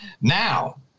Now